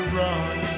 run